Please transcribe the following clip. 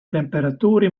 temperatuuri